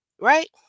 Right